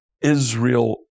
Israel